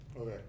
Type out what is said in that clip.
Okay